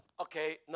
Okay